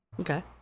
Okay